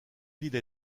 ville